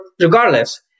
regardless